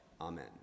Amen